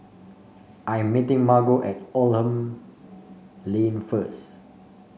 I'm meeting Margo at Oldham Lane first